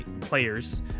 players